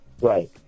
right